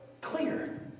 clear